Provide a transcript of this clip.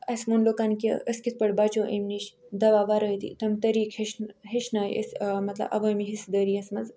اَسہِ ووٚن لُکن کہِ أسۍ کِتھ پٲٹھۍ بچو اَمہِ نِش دَوا ورٲے تہِ تِم طریٖق ہیٚچھِ ہیٚچھنٲے أسۍ مطلب عوٲمی حِصہٕ دٲرِیَس منٛز